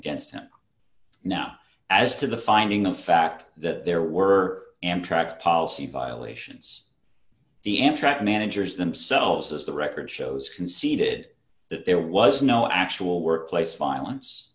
against him now as to the finding the fact that there were amtrak policy violations the amtrak managers themselves as the record shows conceded that there was no actual workplace violence